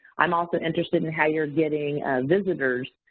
i'm also interested in how you're getting visitors,